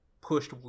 pushed